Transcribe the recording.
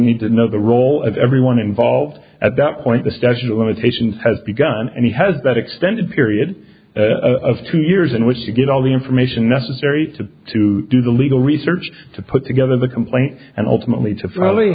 need to know the role of everyone involved at that point the statue of limitations has begun and he has been extended period of two years in which you get all the information necessary to to do the legal research to put together the complaint and ultimately